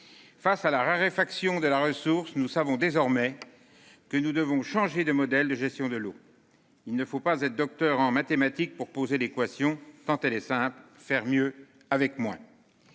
Face à la raréfaction de la ressource nous savons désormais. Que nous devons changer de modèle de gestion de l'eau. Il ne faut pas être docteur en mathématiques pour poser l'équation tant elle est simple, faire mieux avec moins.